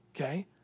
Okay